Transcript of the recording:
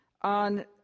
On